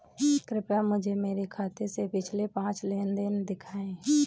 कृपया मुझे मेरे खाते से पिछले पाँच लेन देन दिखाएं